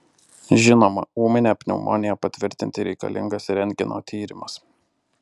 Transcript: žinoma ūminę pneumoniją patvirtinti reikalingas rentgeno tyrimas